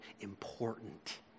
important